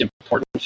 important